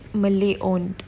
malay owned